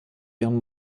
ihren